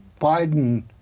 biden